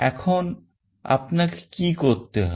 এখন আপনাকে কি করতে হবে